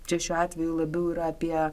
čia šiuo atveju labiau yra apie